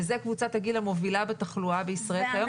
וזו קבוצת הגיל המובילה בתחלואה בישראל כיום